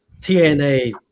TNA